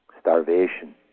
starvation